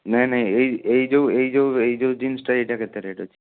ନାହିଁ ନାହିଁ ଏଇ ଏଇ ଯେଉଁ ଏଇ ଯେଉଁ ଏଇ ଯେଉଁ ଜିନ୍ସ ଟା ଏଇଟା କେତେ ରେଟ୍ ଅଛି